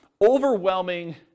overwhelming